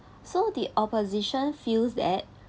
so the opposition feels that